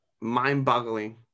mind-boggling